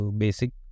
basic